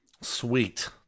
Sweet